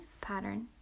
pattern